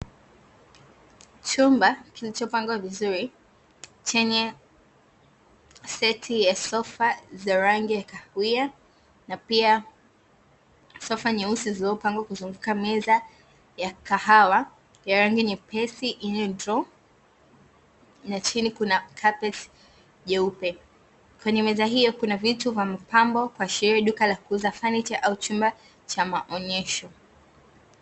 Chumba kilichopangwa vizuri chenye seti ya sofa za rangi ya kahawia na pia sofa nyeusi zilizopangwa kuzunguka meza ya kahawa ya rangi nyepesi yenye droo, na chini kuna kapeti jeupe, kwenye meza hiyo kuna vitu vya mapambo kuashiria duka la kuuza "furniture" au chumba cha maonyesho.